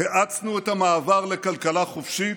האצנו את המעבר לכלכלה חופשית,